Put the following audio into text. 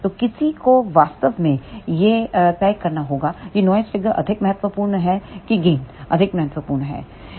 तो किसी को वास्तव में यह तय करना होगा कि नॉइज़ फ़िगर अधिक महत्वपूर्ण है या नहीं और गेन अधिक महत्वपूर्ण है या नहीं